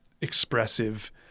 expressive